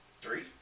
three